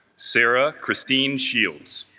sarah christine shields